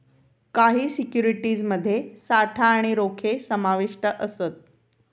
काही सिक्युरिटीज मध्ये साठा आणि रोखे समाविष्ट असत